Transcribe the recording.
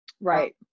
Right